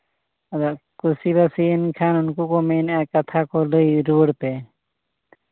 ᱟᱫᱚ ᱠᱩᱥᱤᱵᱟᱥᱤᱭᱮᱱ ᱠᱷᱟᱱ ᱩᱱᱠᱩ ᱠᱚ ᱢᱮᱱᱮᱜᱼᱟ ᱠᱟᱛᱷᱟ ᱠᱚ ᱞᱟᱹᱭ ᱨᱩᱣᱟᱹᱲ ᱯᱮ